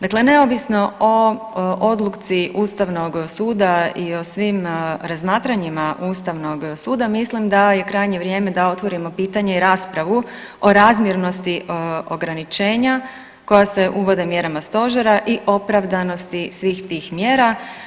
Dakle, neovisno o odluci ustavnog suda i o svim razmatranjima ustavnog suda mislim da je krajnje vrijeme da otvorimo pitanje i raspravu o razmjernosti ograničenja koja se uvode mjerama stožera i opravdanosti svih tih mjera.